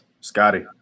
Scotty